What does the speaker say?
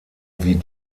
wie